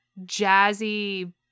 jazzy